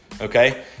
okay